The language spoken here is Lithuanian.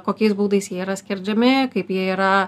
kokiais būdais jie yra skerdžiami kaip jie yra